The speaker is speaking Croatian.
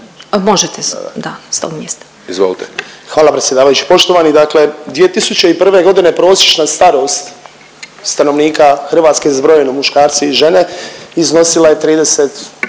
**Kujundžić, Ante (MOST)** Hvala predsjedavajući, poštovani dakle 2021. g. prosječna starost stanovnika Hrvatske zbrojeno muškarci i žene iznosila je 30,